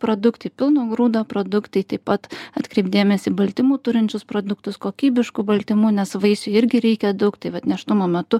produktai pilno grūdo produktai taip pat atkreipt dėmesį į baltymų turinčius produktus kokybiškų baltymų nes vaisiui irgi reikia daug tai vat nėštumo metu